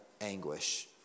anguish